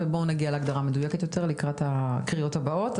ובואו נגיע להגדרה מדויקת יותר לקראת הקריאות הבאות.